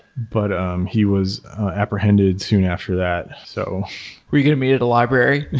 but um he was apprehended soon after that so were you going to meet at a library? no.